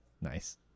nice